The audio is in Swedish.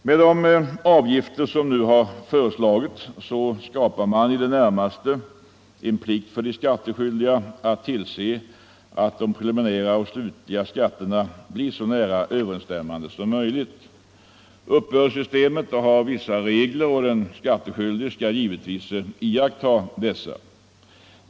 Med de föreslagna avgifterna skapar man i det närmaste en plikt för den skattskyldige att tillse att hans preliminära och slutliga skatt blir så nära överensstämmande som möjligt. Uppbördssystemet har vissa reg ler, och den skattskyldige skall givetvis iaktta dem.